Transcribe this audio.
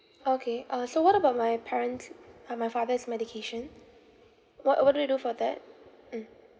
okay uh so what about my parents' uh my father's medication what what do they do for that mm